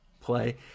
play